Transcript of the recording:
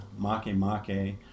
Makemake